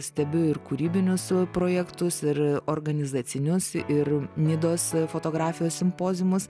stebiu ir kūrybinius projektus ir organizacinius ir nidos fotografijos simpoziumus